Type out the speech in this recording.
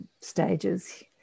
stages